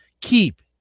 Keep